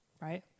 Right